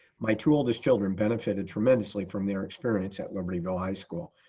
my two oldest children benefited tremendously from their experience at libertyville high school